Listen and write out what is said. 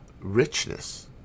richness